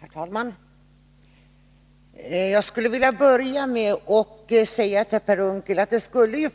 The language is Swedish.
Herr talman! Jag skulle vilja börja med att säga till Per Unckel att det